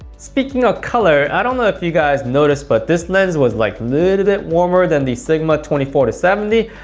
speaking of color, i don't know if you guys noticed but this lens was a like little bit warmer than the sigma twenty four seventy.